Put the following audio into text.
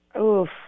Oof